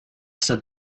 said